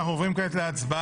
אנחנו עוברים כעת להצבעה.